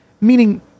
Meaning